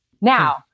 Now